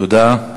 תודה.